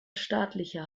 staatlicher